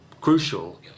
crucial